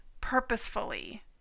purposefully